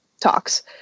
talks